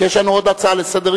כי יש לנו עוד הצעה לסדר-יום.